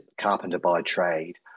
carpenter-by-trade